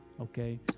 Okay